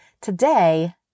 Today